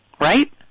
right